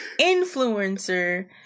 influencer